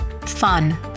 fun